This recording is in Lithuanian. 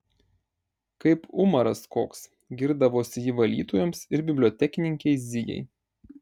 kaip umaras koks girdavosi ji valytojoms ir bibliotekininkei zijai